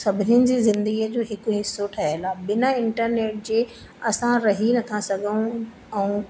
सभिनीनि जी ज़िंदगीअ जो हिकु हिसो ठहियलु आहे बिना इंटरनेट जे असां रही नथा सघऊं ऐं